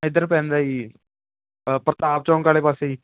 ਇੱਧਰ ਪੈਂਦਾ ਜੀ ਅ ਪ੍ਰਤਾਪ ਚੌਂਕ ਵਾਲੇ ਪਾਸੇ ਜੀ